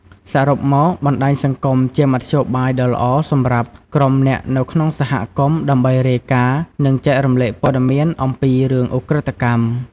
សរុបមក បណ្ដាញសង្គម ជា មធ្យោបាយដ៏ល្អ សម្រាប់ ក្រុមអ្នកនៅក្នុងសហគមន៍ ដើម្បី រាយការណ៍ និង ចែករំលែកព័ត៌មាន អំពី រឿងឧក្រិដ្ឋកម្ម។